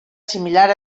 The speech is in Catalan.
similar